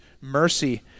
mercy